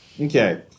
Okay